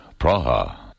Praha